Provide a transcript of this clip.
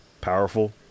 powerful